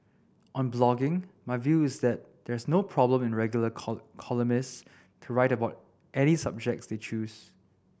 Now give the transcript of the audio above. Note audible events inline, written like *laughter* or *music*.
on blogging my view is that there's no problem in regular *unintelligible* columnists to write about any subject they choose